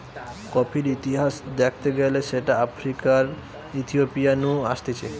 কফির ইতিহাস দ্যাখতে গেলে সেটা আফ্রিকার ইথিওপিয়া নু আসতিছে